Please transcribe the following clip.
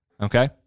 Okay